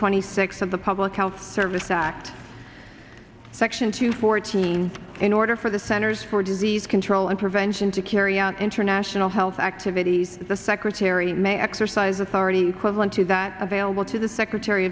twenty six of the public health service act section two fourteen in order for the centers for disease control and prevention to carry out international health activities the secretary may exercise authority equivalent to that available to the secretary